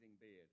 beard